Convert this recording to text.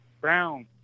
Brown